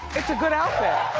it's a good outfit.